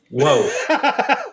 Whoa